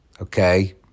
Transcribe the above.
Okay